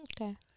Okay